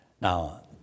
Now